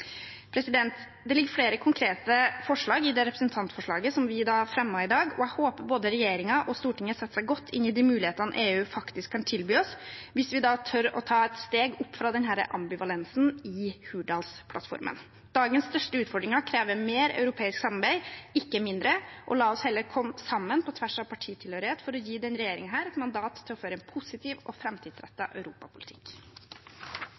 Det ligger flere konkrete forslag i det representantforslaget vi fremmet i dag, og jeg håper både regjeringen og Stortinget setter seg godt inn i de mulighetene EU faktisk kan tilby oss, hvis vi da tør å ta et steg opp fra ambivalensen i Hurdalsplattformen. Dagens største utfordringer krever mer europeisk samarbeid, ikke mindre. La oss heller komme sammen på tvers av partitilhørighet for å gi denne regjeringen et mandat til å føre en positiv og